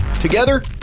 Together